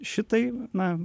šitai na